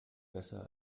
besser